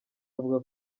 avuga